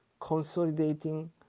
consolidating